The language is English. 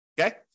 Okay